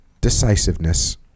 decisiveness